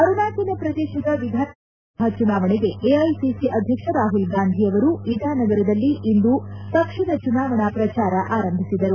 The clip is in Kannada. ಅರುಣಾಚಲ ಶ್ರದೇಶದ ವಿಧಾನಸಭೆ ಮತ್ತು ಲೋಕಸಭಾ ಚುನಾವಣೆಗೆ ಎಐಸಿಸಿ ಅಧ್ಯಕ್ಷ ರಾಹುಲ್ಗಾಂಧಿ ಅವರು ಇಟಾನಗರದಲ್ಲಿಂದು ಪಕ್ಷದ ಚುನಾವಣಾ ಪ್ರಚಾರ ಆರಂಭಿಸಿದರು